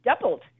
doubled